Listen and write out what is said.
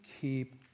keep